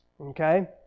Okay